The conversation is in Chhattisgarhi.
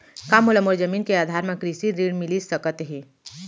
का मोला मोर जमीन के आधार म कृषि ऋण मिलिस सकत हे?